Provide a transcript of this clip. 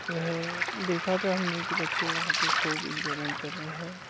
جو ہے دیکھا تھا ہم نے کہ بچے وہاں پہ خوب انجوائیمنٹ کر رہے ہیں